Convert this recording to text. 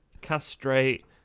castrate